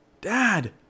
Dad